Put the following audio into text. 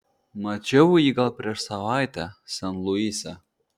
mačiau jį gal prieš savaitę sen luise